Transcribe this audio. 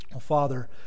Father